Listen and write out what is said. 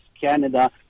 Canada